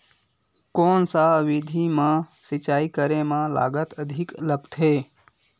कोन सा विधि म सिंचाई करे म लागत अधिक लगथे?